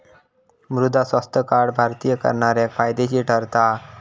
मृदा स्वास्थ्य कार्ड भारतीय करणाऱ्याक फायदेशीर ठरता हा